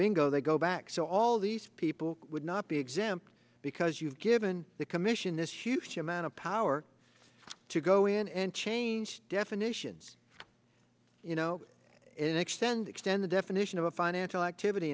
bingo they go back so all these people would not be exempt because you've given the commission this huge amount of power to go in and change definitions you know extend extend the definition of a financial activity